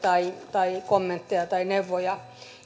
tai kommentteja tai neuvoja